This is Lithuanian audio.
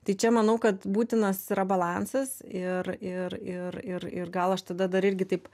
tai čia manau kad būtinas yra balansas ir ir ir ir ir gal aš tada dar irgi taip